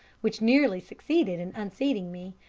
which nearly succeeded in unseating me,